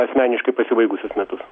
asmeniškai pasibaigusius metus